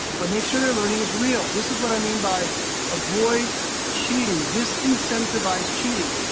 but make sure their learning is real. this is what i mean by avoid cheating, disincentivized cheating.